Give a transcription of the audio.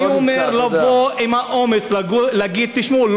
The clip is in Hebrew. אני אומר לבוא עם האומץ להגיד: תשמעו,